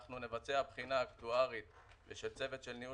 אנחנו נבצע בחינה אקטוארית של צוות של ניהול